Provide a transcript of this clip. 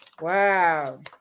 Wow